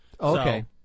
Okay